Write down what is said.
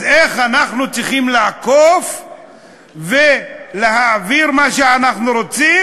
אז איך אנחנו צריכים לעקוף ולהעביר מה שאנחנו רוצים?